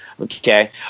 Okay